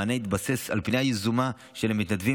המענה התבסס על פנייה יזומה של המתנדבים